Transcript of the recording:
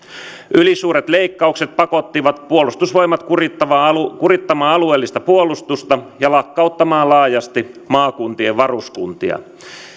ylisuuret leikkaukset pakottivat puolustusvoimat kurittamaan kurittamaan alueellista puolustusta ja lakkauttamaan laajasti maakuntien varuskuntia